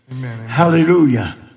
Hallelujah